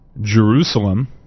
Jerusalem